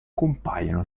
compaiono